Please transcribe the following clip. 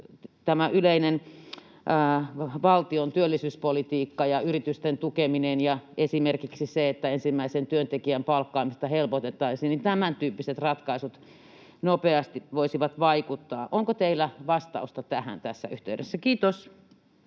tämä yleinen valtion työllisyyspolitiikka ja yritysten tukeminen ja esimerkiksi se, että ensimmäisen työntekijän palkkaamista helpotettaisiin, tämän tyyppiset ratkaisut voisivat nopeasti vaikuttaa. Onko teillä vastausta tähän tässä yhteydessä? — Kiitos.